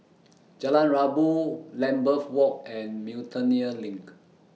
Jalan Rabu Lambeth Walk and Miltonia LINK